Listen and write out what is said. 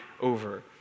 over